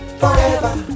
forever